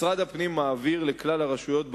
משרד הפנים מעביר לכלל הרשויות בארץ,